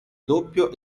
doppio